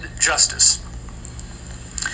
justice